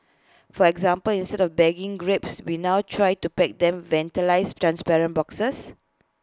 for example instead of bagging grapes we now try to pack them ventilator transparent boxes